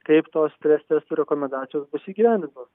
kaip tos strestestų rekomendacijos bus įgyvendintos